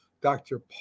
Dr